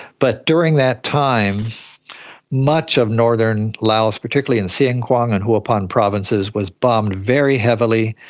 but during that time much of northern laos, particularly in xiangkhouang and houaphanh provinces was bombed very heavily.